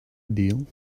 deal